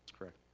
correct.